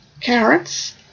carrots